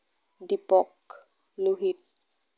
Dipak Lohit